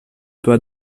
peut